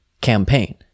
campaign